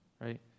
right